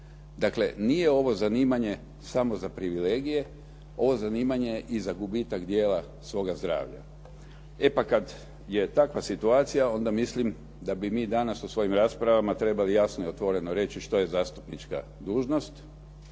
Dakle, nije ovo zanimanje samo za privilegije, ovo zanimanje i za gubitak dijela svoga zdravlja. E pa kada je takva situacija, onda mislim da bi mi danas u svojim raspravama trebali jasno i otvoreno reći što je zastupnička dužnost.